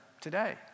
today